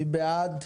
מי בעד?